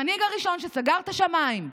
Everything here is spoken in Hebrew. המנהיג הראשון שסגר את השמיים,